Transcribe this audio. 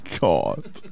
God